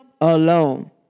alone